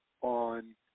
on